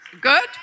Good